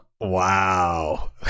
Wow